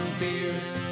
beers